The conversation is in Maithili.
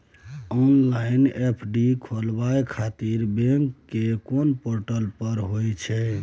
ऑनलाइन एफ.डी खोलाबय खातिर बैंक के कोन पोर्टल पर होए छै?